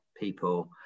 people